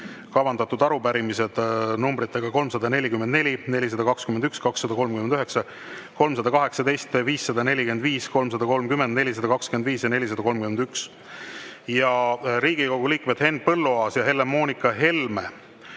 kavandatud arupärimised numbritega 344, 421, 239, 318, 545, 330, 425 ja 431. Ja Riigikogu liikmed Henn Põlluaas ja Helle-Moonika Helme